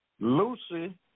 Lucy